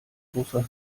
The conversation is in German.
großer